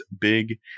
big